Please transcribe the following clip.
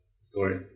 story